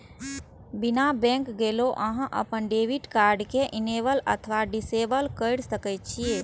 बिना बैंक गेलो अहां अपन डेबिट कार्ड कें इनेबल अथवा डिसेबल कैर सकै छी